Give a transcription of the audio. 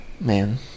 man